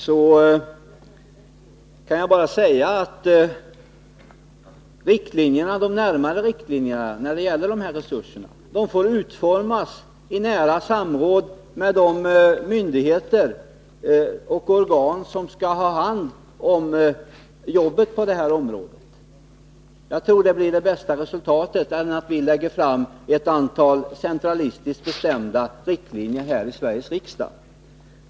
Jag kan då bara säga att de närmare riktlinjerna får utformas i nära samråd med myndigheter och organ som skall ha hand om jobbet på området. Det ger ett bättre resultat än om vi lägger fram ett antal centralistiskt bestämda riktlinjer här i riksdagen.